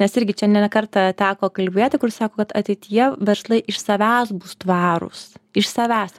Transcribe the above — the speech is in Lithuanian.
mes irgi čia ne kartą teko kalbėti kur sako kad ateityje verslai iš savęs bus tvarūs iš savęs